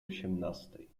osiemnastej